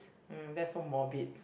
mm that's so morbid